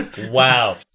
Wow